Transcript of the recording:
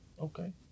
Okay